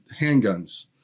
Handguns